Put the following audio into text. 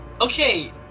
okay